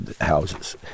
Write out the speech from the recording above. houses